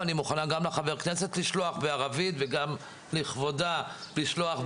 ואני מוכנה לשלוח גם לחבר הכנסת בערבית וגם לכבודה בעברית.